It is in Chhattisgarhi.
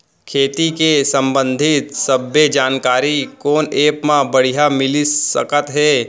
खेती के संबंधित सब्बे जानकारी कोन एप मा बढ़िया मिलिस सकत हे?